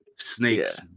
snakes